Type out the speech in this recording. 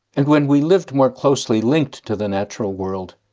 and when we lived more closely linked to the natural world,